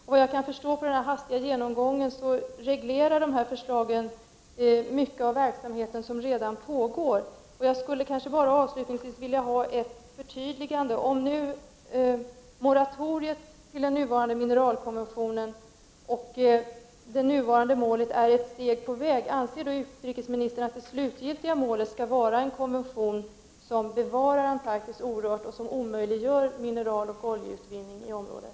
Såvitt jag kan förstå av den hastiga genomgången reglerar dessa förslag mycket av den verksamhet som redan pågår. Jag skulle avslutningsvis vilja ha ett förtydligande. Om nu moratoriet för den nuvarande mineralkonventionen och det nuvarande målet är ett steg på vägen, anser då utrikesministern att det slutgiltiga målet skall vara en konvention som bevarar Antarktis orört och som omöjliggör mineraloch oljeutvinning i området?